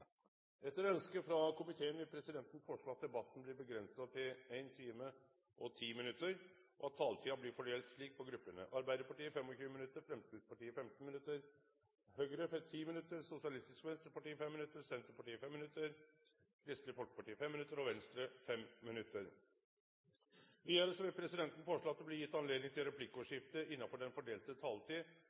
Etter ønske fra næringskomiteen vil presidenten foreslå at debatten blir begrenset til 1 time og 10 minutter, og at taletiden blir fordelt slik på gruppene: Arbeiderpartiet 25 minutter, Fremskrittspartiet 15 minutter, Høyre 10 minutter, Sosialistisk Venstreparti 5 minutter, Senterpartiet 5 minutter, Kristelig Folkeparti 5 minutter og Venstre 5 minutter. Videre vil presidenten foreslå at det blir gitt anledning til replikkordskifte